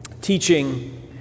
teaching